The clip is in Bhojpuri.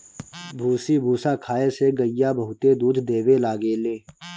भूसी भूसा खाए से गईया बहुते दूध देवे लागेले